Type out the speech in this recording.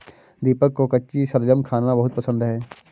दीपक को कच्ची शलजम खाना बहुत पसंद है